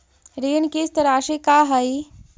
ऋण किस्त रासि का हई?